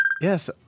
Yes